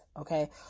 Okay